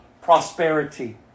prosperity